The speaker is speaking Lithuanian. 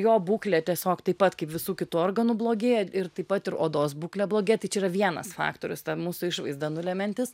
jo būklė tiesiog taip pat kaip visų kitų organų blogėja ir taip pat ir odos būklė blogėja tai čia yra vienas faktorius ten mūsų išvaizdą nulemiantis